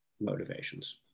motivations